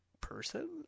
person